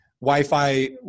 Wi-Fi